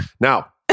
now